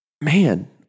Man